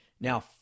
Now